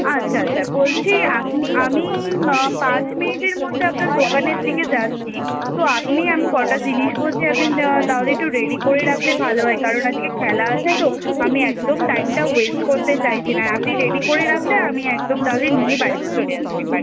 আচ্ছা আচ্ছা বলছি আপনি আমি মা পাঁচ মিনিটের মধ্যে আপনার দোকানের দিকে যাচ্ছি তো আপনি আমি কটা জিনিস বলছি আপনি তাহলে একটু রেডি করে রাখলে ভালো হয় কারণ আজকে খেলা আছে তো আমি একদম টাইমটা ওয়েস্ট করতে চাইছি না আর আপনি রেডি করে রাখলে আমি একদম তাহলে নিয়ে বাড়িতে চলে আসতে পারি